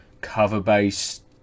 cover-based